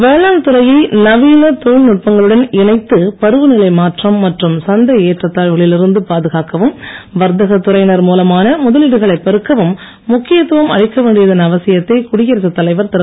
வேளாண் துறையை நவீனத் தொழில்நுட்பங்களுடன் இணைத்து பருவநிலை மாற்றம் மற்றும் சந்தை ஏற்றத்தாழ்வுகளில் இருந்து பாதுகாக்கவும் வர்த்தகத் துறையினர் மூலமான முதலீடுகளைப் பெருக்கவும் முக்கியத்துவம் அளிக்க வேண்டியதன் அவசியத்தை குடியரசுத் தலைவர் திரு